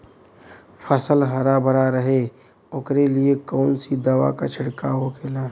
फसल हरा भरा रहे वोकरे लिए कौन सी दवा का छिड़काव होखेला?